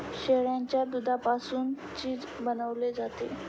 शेळीच्या दुधापासून चीज बनवले जाते